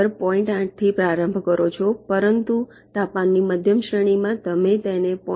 8 થી પ્રારંભ કરો છો પરંતુ તાપમાનની મધ્યમ શ્રેણીમાં તમે તેને 0